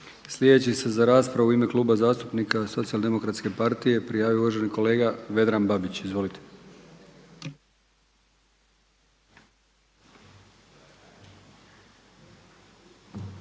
Sljedeći se za raspravu u ime Kluba zastupnika Socijaldemokratske partije prijavio uvaženi kolega Vedran Babić. Izvolite.